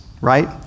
right